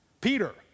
Peter